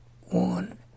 one